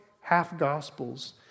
half-gospels